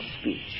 speech